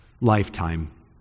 lifetime